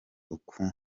uko